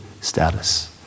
status